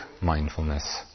mindfulness